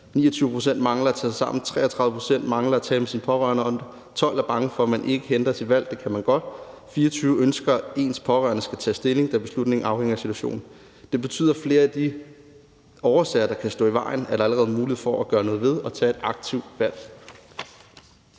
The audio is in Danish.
29 pct. mangler at tage sig sammen. 33 pct. mangler at tale med deres pårørende om det, og 12 pct. er bange for, at man ikke kan ændre sit valg. Det kan man godt. 24 pct. ønsker, at ens pårørende skal tage stilling, da beslutningen afhænger af situationen. Det betyder, at i forhold til flere af de årsager, der kan stå i vejen, er der allerede mulighed for at gøre noget ved dem i forhold til at